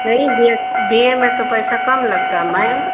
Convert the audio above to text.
यही B A B A में तो पैसा कम लगता मैम